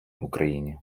україні